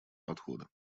подхода